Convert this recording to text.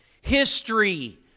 History